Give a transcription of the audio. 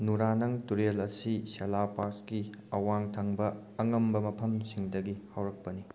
ꯅꯨꯔꯥꯅꯪ ꯇꯨꯔꯦꯜ ꯑꯁꯤ ꯁꯦꯂꯥ ꯄꯥꯁꯀꯤ ꯑꯋꯥꯡ ꯊꯪꯕ ꯑꯉꯝꯕ ꯃꯐꯝꯁꯤꯡꯗꯒꯤ ꯍꯧꯔꯛꯄꯅꯤ